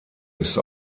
ist